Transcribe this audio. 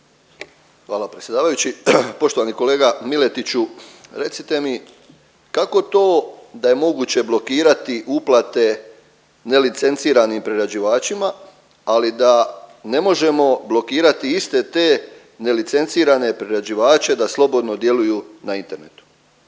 Hvala predsjedavajući. Poštovani kolega Miletiću, recite mi kako to da je moguće blokirati uplate nelicenciranim priređivačima, ali da ne možemo blokirati iste te nelicencirane priređivače da slobodno djeluju na internetu?